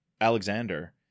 alexander